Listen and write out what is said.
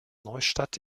neustadt